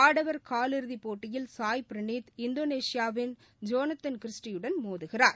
ஆடவர் கால் இறுதிபோட்டியில் சாய் ப்ரினீத் இந்தோனேஷியாவின் ஜோனத்தன் கிறிஸ்டியுடன் மோதுகிறார்